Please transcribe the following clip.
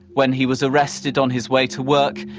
when he was arrested on his way to work,